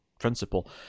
principle